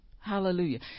hallelujah